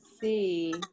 see